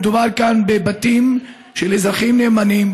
מדובר כאן בבתים של אזרחים נאמנים,